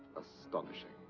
astonishing.